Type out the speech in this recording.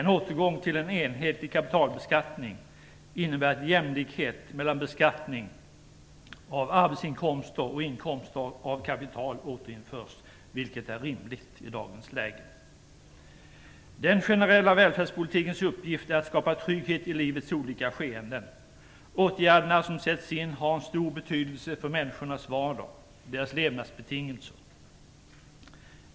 En återgång till en enhetlig kapitalbeskattning innebär att jämlikhet mellan beskattning av arbetsinkomster och inkomster av kapital återinförs, vilket är rimligt i dagens läge. Den generella välfärdspolitikens uppgift är att skapa trygghet i livets olika skeenden. De åtgärder som sätts in har en stor betydelse för människornas vardag, deras levnadsbetingelser.